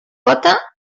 cota